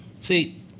See